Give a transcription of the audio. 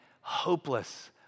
hopeless